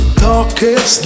darkest